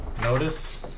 Notice